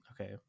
Okay